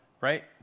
right